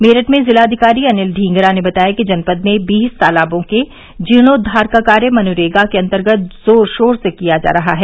मेरठ में जिलाधिकारी अनिल ढींगरा ने बताया कि जनपद में बीस तालाबों के जीर्णोद्वार का कार्य मनरेगा के अन्तर्गत जोर शोर से किया जा रहा है